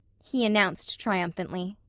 he announced triumphantly.